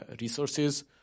resources